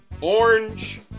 orange